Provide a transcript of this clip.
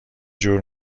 جور